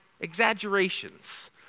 exaggerations